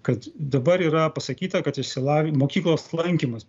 kad dabar yra pasakyta kad išsilavinę mokyklos lankymas